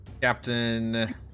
captain